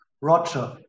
Roger